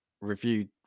reviewed